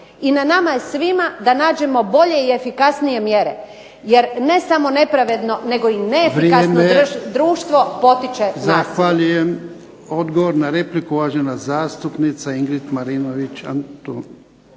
I na nama je svima da nađemo bolje i efikasnije mjere jer ne samo nepravedno nego i neefikasno društvo potiče nasilje.